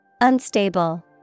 Unstable